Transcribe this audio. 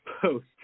post